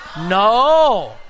no